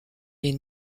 les